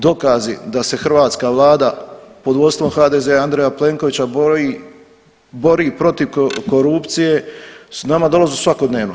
Dokazi da se hrvatska vlada pod vodstvom HDZ-a i Andreja Plenkovića bori, bori protiv korupcije nama dolaze svakodnevno.